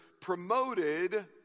promoted